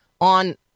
on